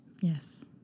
Yes